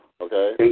Okay